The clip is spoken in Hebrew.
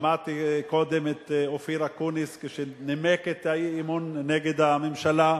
שמעתי קודם את אופיר אקוניס כשנימק את האי-אמון נגד הממשלה,